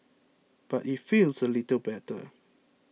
but it feels a little better